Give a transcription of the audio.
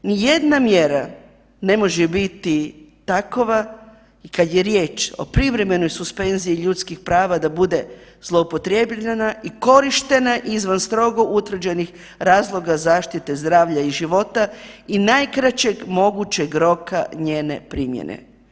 Ni jedna mjera ne može biti takova kad je prije o privremenoj suspenziji ljudskih prava da bude zloupotrebljena i korištena izvan strogo utvrđenih razloga zaštite zdravlja i života i najkraćeg mogućeg roka njene primjene.